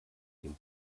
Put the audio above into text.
den